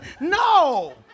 No